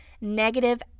negative